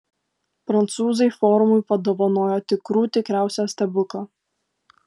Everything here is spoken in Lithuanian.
prancūzai forumui padovanojo tikrų tikriausią stebuklą